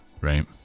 Right